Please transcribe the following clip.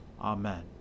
Amen